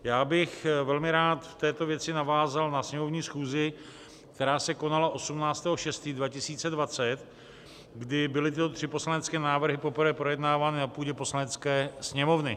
Já bych velmi rád v této věci navázal na sněmovní schůzi, která se konala 18. 6. 2020, kdy byly tyto tři poslanecké návrhy poprvé projednávány na půdě Poslanecké sněmovny.